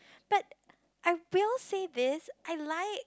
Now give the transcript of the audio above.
but I will say this I like